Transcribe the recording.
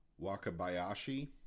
Wakabayashi